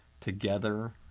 Together